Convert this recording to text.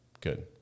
Good